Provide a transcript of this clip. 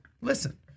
listen